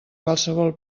qualsevol